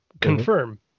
Confirm